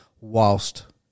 whilst